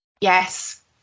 yes